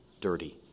dirty